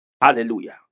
Hallelujah